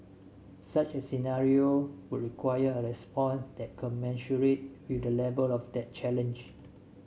such a scenario would require a response that commensurate with the level of that challenge